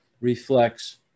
reflects